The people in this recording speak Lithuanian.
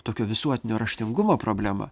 tokio visuotinio raštingumo problema